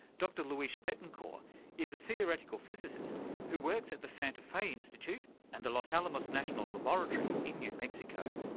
dr luis bettencourt is a theoretical physicist who works at the santa fe institute and the los alamos national laboratory in new mexico.